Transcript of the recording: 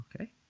Okay